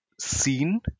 seen